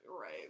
right